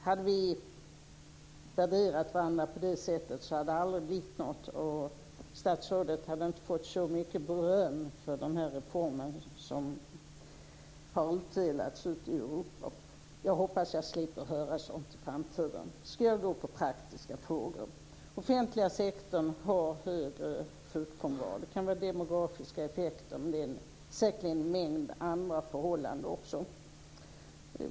Hade vi värderat varandra på det sättet hade det aldrig blivit något, och statsrådet hade aldrig fått så mycket beröm för den här reformen som nu har utdelats ute i Europa. Jag hoppas att jag slipper att höra sådant i framtiden. Den offentliga sektorn har högre sjukfrånvaro. Det kan bero på demografiska effekter, men det beror säkerligen också på en mängd andra förhållanden.